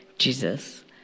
Jesus